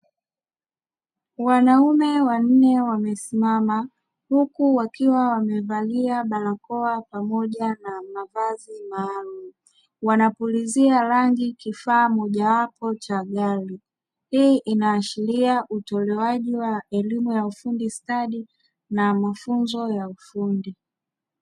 Wanaume wanne wamesimama huku wakiwa wamevalia barakoa pamoja na mavazi maalumu, wanapulizia rangi kifaa mojawapo cha gari, hii inaashiria utolewaji wa elimu ya ufundi stadi na mafunzo ya ufundi.